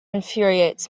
infuriates